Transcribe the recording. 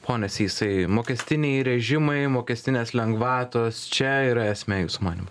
pone sysai mokestiniai režimai mokestinės lengvatos čia yra esmė jūsų manymu